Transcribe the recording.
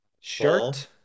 Shirt